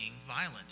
violent